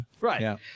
Right